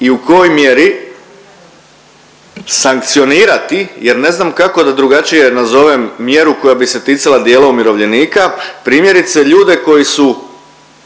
i u kojoj mjeri sankcionirati, jer ne znam kako da drugačije nazovem mjeru koja bi se ticala dijela umirovljenika, primjerice ljude koji su